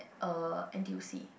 uh n_t_u_c